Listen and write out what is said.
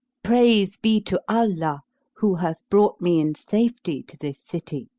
praise be to allah who hath brought me in safety to this city!